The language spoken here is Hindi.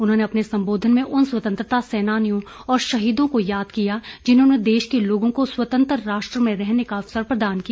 उन्होंने अपने संबोधन में उन स्वतंत्रता सेनानियों और शहीदों को याद किया जिन्होंने देश के लोगों को स्वतंत्र राष्ट्र में रहने का अवसर प्रदान किया